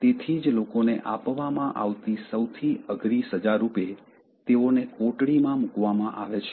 તેથી જ લોકોને આપવામાં આવતી સૌથી અઘરી સજારૂપે તેઓને કોટડીમાં મૂકવામાં આવે છે